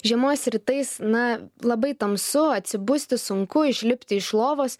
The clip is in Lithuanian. žiemos rytais na labai tamsu atsibusti sunku išlipti iš lovos